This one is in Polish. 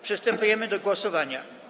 Przystępujemy do głosowania.